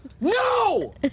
No